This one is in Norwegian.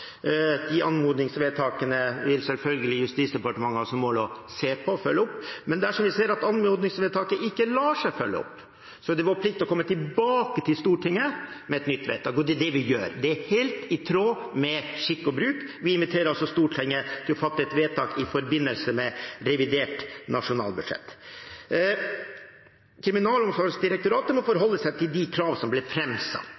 De anmodningsvedtakene har selvfølgelig Justisdepartementet som mål å se på og følge opp, men dersom vi ser at anmodningsvedtaket ikke lar seg følge opp, er det vår plikt å komme tilbake til Stortinget med et nytt vedtak, og det er det vi gjør. Det er helt i tråd med skikk og bruk. Vi inviterer Stortinget til å fatte et vedtak i forbindelse med revidert nasjonalbudsjett. Kriminalomsorgsdirektoratet må